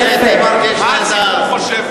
מה הציבור חושבת?